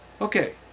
Okay